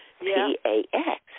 P-A-X